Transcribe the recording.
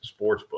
Sportsbook